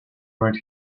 right